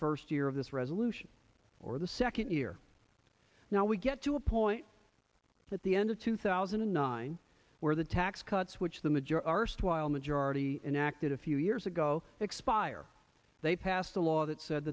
first year of this resolution or the second year now we get to a point at the end of two thousand and nine where the tax cuts which the majority while majority enacted a few years ago expire they passed a law that said